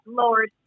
lord